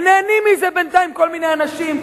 ונהנים מזה, בינתיים, כל מיני אנשים.